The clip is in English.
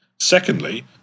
Secondly